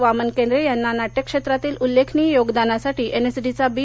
वामन केंद्रे यांना नाट्य क्षेत्रातील उल्लेखनीय योगदानासाठी एन एस डी चा बी